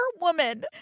woman